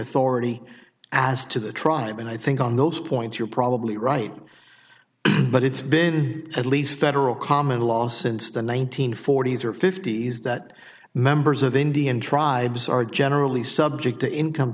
authority as to the tribe and i think on those points you're probably right but it's been at least federal common law since the one nine hundred forty s or fifty's that members of indian tribes are generally subject to income